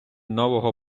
нового